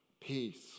Peace